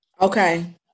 okay